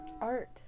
Art